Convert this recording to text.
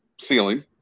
ceiling